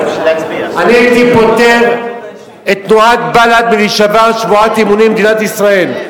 אני הייתי פוטר את תנועת בל"ד מלהישבע שבועת אמונים למדינת ישראל,